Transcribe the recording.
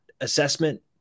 assessment